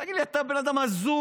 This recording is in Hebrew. תגיד לי, אתה בן אדם הזוי,